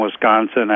Wisconsin